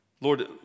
Lord